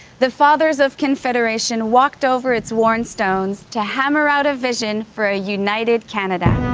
the fathers of confederation walked over its worn stones to hammer out a vision for a united canada.